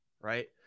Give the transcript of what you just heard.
right